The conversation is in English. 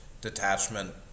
detachment